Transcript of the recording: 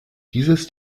dieses